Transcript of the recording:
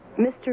Mr